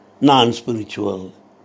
non-spiritual